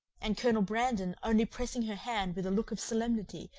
and colonel brandon only pressing her hand with a look of solemnity,